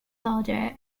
father